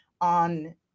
on